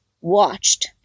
watched